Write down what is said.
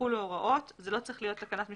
יחולו הוראות פסקה (2).